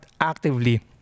actively